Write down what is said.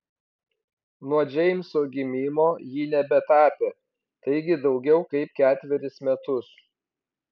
nuo džeimso gimimo ji nebetapė taigi daugiau kaip ketverius metus